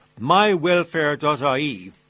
mywelfare.ie